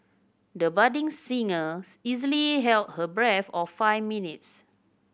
the budding singer easily held her breath or five minutes